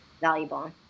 valuable